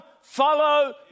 follow